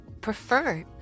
Prefer